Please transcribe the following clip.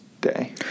day